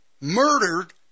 murdered